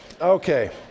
Okay